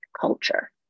culture